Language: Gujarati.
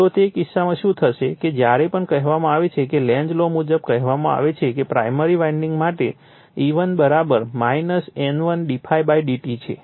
તો તે કિસ્સામાં શું થશે કે જ્યારે પણ કહેવામાં આવે છે કે લેન્ઝ લૉ મુજબ કહેવામાં આવે છે કે પ્રાઇમરી વાઇન્ડિંગ માટે તે E1 N1 d ∅ dt છે